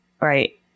right